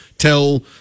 tell